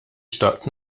xtaqt